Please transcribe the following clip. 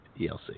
ELC